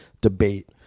debate